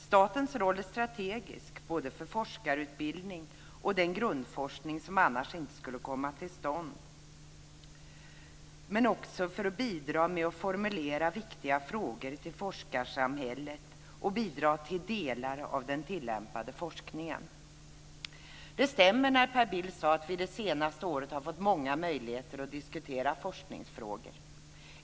Statens roll är strategisk för forskarutbildning och den grundforskning som annars inte skulle komma till stånd men också för att bidra med att formulera viktiga frågor till forskarsamhället och bidra till delar av den tillämpade forskningen. Det stämmer, som Per Bill sade, att vi det senaste året har fått många möjligheter att diskutera forskningsfrågor.